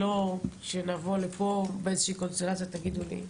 שלא נבוא לפה באיזושהי קונסטלציה ותגידו לי: